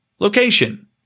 location